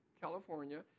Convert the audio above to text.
California